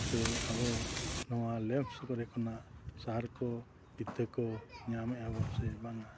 ᱥᱮ ᱟᱵᱚ ᱱᱚᱣᱟ ᱞᱮᱯᱥ ᱠᱚᱨᱮ ᱠᱷᱚᱱᱟᱜ ᱥᱟᱨ ᱠᱚ ᱧᱟᱢᱮᱫᱼᱟ ᱵᱚᱱ ᱥᱮ ᱵᱟᱝ